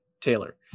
Taylor